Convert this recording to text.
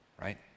right